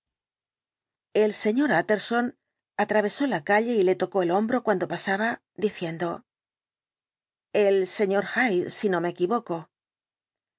el sr utterson atravesó la calle y le tocó el hombro cuando pasaba diciendo el sr hyde si no me equivoco